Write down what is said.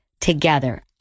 together